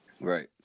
Right